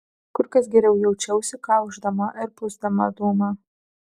kur kas geriau jaučiausi kaušdama ir pūsdama dūmą